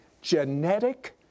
genetic